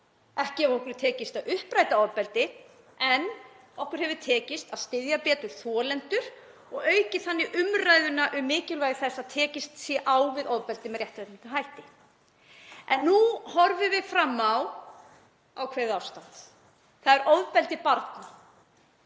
Ekki hefur okkur tekist að uppræta ofbeldi en okkur hefur tekist að styðja betur við þolendur og aukið þannig umræðuna um mikilvægi þess að tekist sé á við ofbeldi með réttlátum hætti. En nú horfum við fram á ákveðið ástand og það er ofbeldi barna,